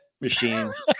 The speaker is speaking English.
machines